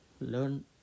learn